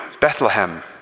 Bethlehem